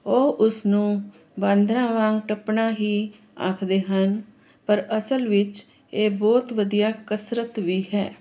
ਉਹ ਉਸ ਨੂੰ ਬਾਂਦਰਾਂ ਵਾਂਗ ਟੱਪਣਾ ਹੀ ਆਖਦੇ ਹਨ ਪਰ ਅਸਲ ਵਿੱਚ ਇਹ ਬਹੁਤ ਵਧੀਆ ਕਸਰਤ ਵੀ ਹੈ